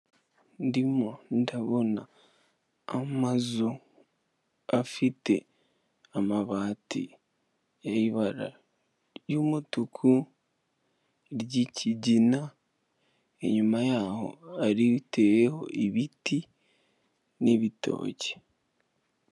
Ndimo ndabona amazu afite amabati y'ibara ry'umutuku, ry'ikigina inyuma yaho riteyeho ibiti n'ibitoki.